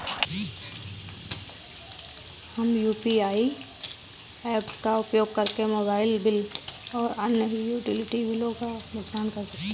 हम UPI apps का उपयोग करके मोबाइल बिल और अन्य यूटिलिटी बिलों का भुगतान कर सकते हैं